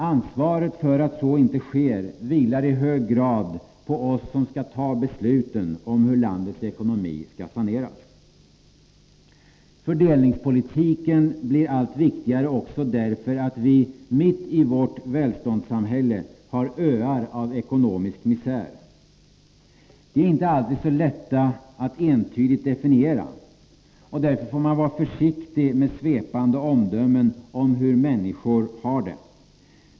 Ansvaret för att så inte sker vilar i hög grad på oss som skall fatta besluten om hur landets ekonomi skall saneras. Fördelningspolitiken blir allt viktigare också därför att vi mitt i vårt välståndssamhälle har öar av ekonomisk misär. De är inte alltid lätta att entydigt definiera, och därför får man vara försiktig med svepande omdömen om hur människor har det.